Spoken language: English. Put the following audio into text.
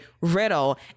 Riddle